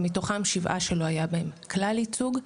ומתוכם 7 שלא היה בהם כלל ייצוג.